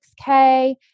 6K